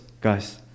guys